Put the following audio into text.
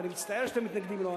ואני מצטער שאתם מתנגדים לו.